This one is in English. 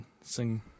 sing